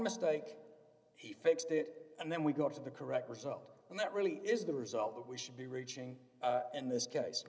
mistake he fixed it and then we got to the correct result and that really is the result that we should be reaching in this case